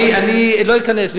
אני לא אכנס,